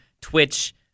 Twitch